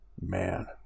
Man